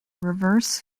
reverse